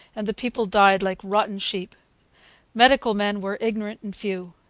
and the people died like rotten sheep medical men were ignorant and few.